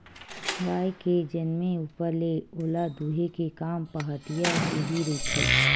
गाय के जनमे ऊपर ले ओला दूहे के काम पहाटिया के ही रहिथे